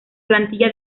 plantilla